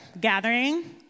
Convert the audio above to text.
gathering